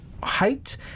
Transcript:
height